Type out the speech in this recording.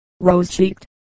rose-cheeked